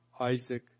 Isaac